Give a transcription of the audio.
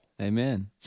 Amen